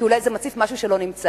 כי אולי זה מצית משהו שלא נמצא.